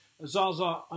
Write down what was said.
Zaza